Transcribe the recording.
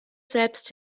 selbst